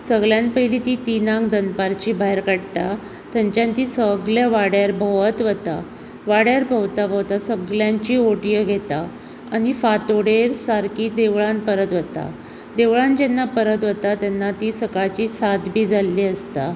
सगल्यान पयली ती तिनांक दनपारची भायर काडटा थंयच्यान ती सगल्या वाड्यार भोंवत वता वाड्यार भोंवता भोंवता सगल्यांची उटियो घेतां आनी फांतोडेंर सारकीं देवळान परत वता देवळान जेन्ना परत वतां तेन्ना ती सकाळची सात बी जाल्ली आसता